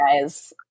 guys